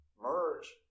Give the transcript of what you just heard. merge